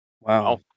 Wow